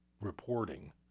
reporting